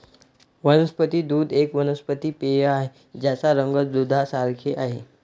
वनस्पती दूध एक वनस्पती पेय आहे ज्याचा रंग दुधासारखे आहे